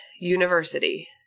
university